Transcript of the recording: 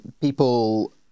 people